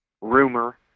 rumor